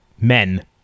men